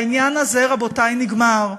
והעניין הזה, רבותי, נגמר.